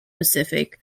pacific